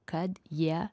kad jie